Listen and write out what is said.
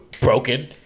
Broken